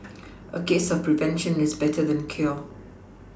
a case of prevention is better than cure